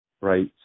right